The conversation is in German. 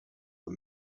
und